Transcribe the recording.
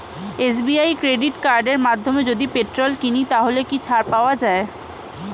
SBI credit কার্ডের মাধ্যমে যদি পেট্রোল কিনি তাহলে কি ছাড় পাওয়া যায়?